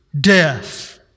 death